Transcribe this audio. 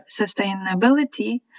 sustainability